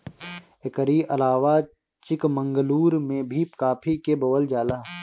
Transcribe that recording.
एकरी अलावा चिकमंगलूर में भी काफी के बोअल जाला